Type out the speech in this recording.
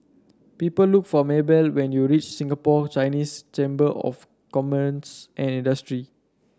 people look for Mabell when you reach Singapore Chinese Chamber of Commerce and Industry